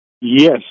Yes